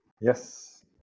Yes